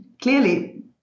clearly